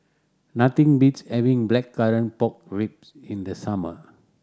nothing beats having Blackcurrant Pork Ribs in the summer